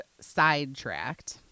Sidetracked